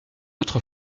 autre